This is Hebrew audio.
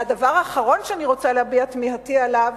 והדבר האחרון שאני רוצה להביע תמיהתי עליו,